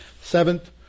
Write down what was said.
seventh